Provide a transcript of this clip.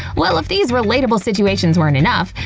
well if these relatable situations weren't enough,